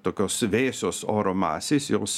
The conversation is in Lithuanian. tokios vėsios oro masės jos